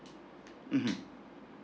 mmhmm